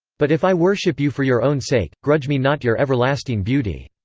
but if i worship you for your own sake, grudge me not your everlasting beauty.